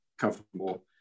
comfortable